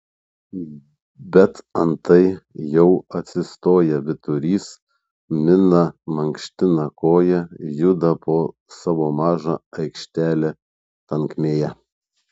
bet antai jau atsistoja vyturys mina mankština koją juda po savo mažą aikštelę tankmėje